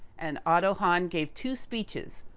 and otto hahn gave two speeches.